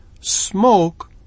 Smoke